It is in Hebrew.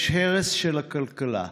יש הרס של הכלכלה,